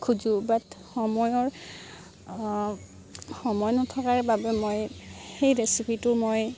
খোজোঁ বাট সময়ৰ সময় নথকাৰ বাবে মই সেই ৰেচিপিটো মই